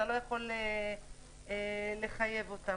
אתה לא יכול לחייב אותם.